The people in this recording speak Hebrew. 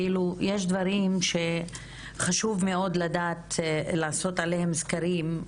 כאילו יש דברים שחשוב מאוד לדעת לעשות עליהם סקרים,